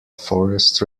forest